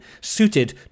suited